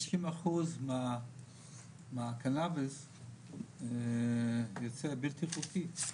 70% מהקנביס יוצא בלתי חוקי.